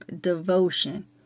devotion